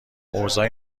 اوضاع